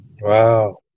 Wow